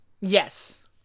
Yes